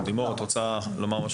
לימור, את רוצה לומר משהו?